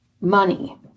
Money